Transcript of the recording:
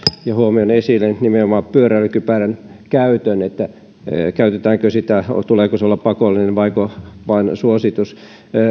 ja huomion esille nimenomaan pyöräilykypärän käytön käytetäänkö sitä ja tuleeko sen olla pakollinen vaiko vain suositus